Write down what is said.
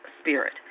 spirit